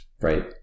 Right